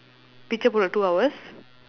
picture for the two hours